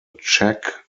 check